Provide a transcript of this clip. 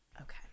okay